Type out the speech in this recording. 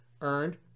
earned